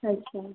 अच्छा